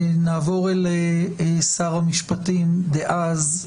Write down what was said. נעבור לשר המשפטים דאז,